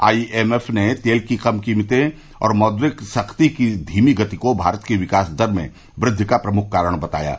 आई M F ने तेल की कम कीमतों और मौद्रिक सख्ती की धीमी गति को भारत की विकास दर में वृद्दि का प्रमुख कारक बताया है